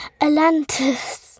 Atlantis